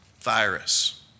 virus